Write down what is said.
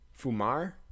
fumar